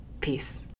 Peace